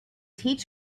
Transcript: teach